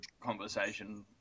conversation